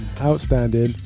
outstanding